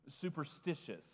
superstitious